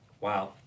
Wow